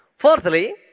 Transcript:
Fourthly